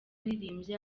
waririmbye